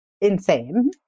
insane